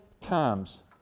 times